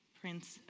Prince